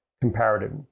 comparative